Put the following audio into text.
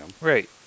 Right